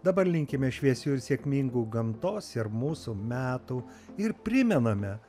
dabar linkime šviesių ir sėkmingų gamtos ir mūsų metų ir primename